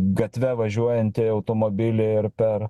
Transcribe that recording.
gatve važiuojantį automobilį ir per